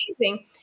amazing